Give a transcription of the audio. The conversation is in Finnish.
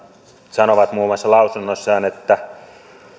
sanovat muun muassa lausunnossaan että